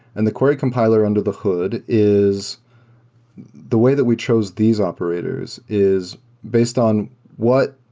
and the query compiler under the hood is the way that we chose these operators is based on what